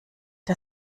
der